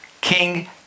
King